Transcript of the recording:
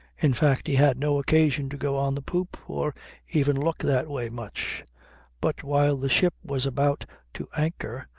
in fact, he had no occasion to go on the poop, or even look that way much but while the ship was about to anchor,